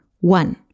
one